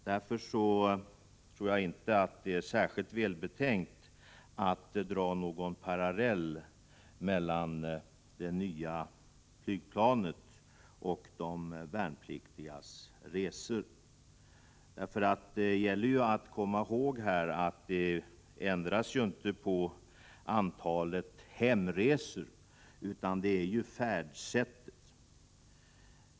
Därför tycker jag inte att det är särskilt välbetänkt att dra en parallell mellan det nya flygplanet och de värnpliktigas resor. Det gäller att komma ihåg att det ju inte ändras på antalet hemresor utan på färdsättet.